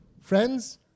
friends